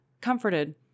comforted